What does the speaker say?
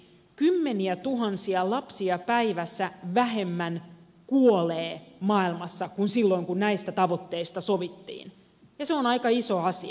kymmeniätuhansia lapsia päivässä vähemmän kuolee maailmassa kuin silloin kun näistä tavoitteista sovittiin ja se on aika iso asia